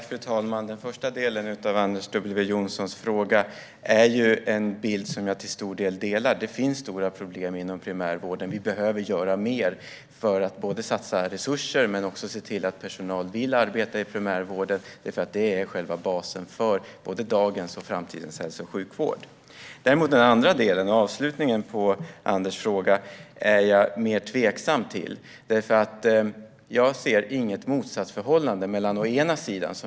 Fru talman! Den första delen av Anders W Jonssons anförande beskriver en bild som jag till stor del delar. Det finns stora problem inom primärvården. Vi behöver göra mer för att både satsa resurser och se till att personal vill arbeta i primärvården, för det är själva basen för både dagens och framtidens hälso och sjukvård. Däremot är jag mer tveksam till den andra delen. Jag ser inget motsatsförhållande.